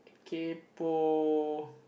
kaypoh